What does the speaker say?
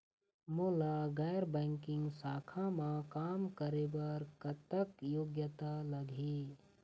मोला गैर बैंकिंग शाखा मा काम करे बर कतक योग्यता लगही?